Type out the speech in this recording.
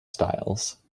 styles